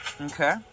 okay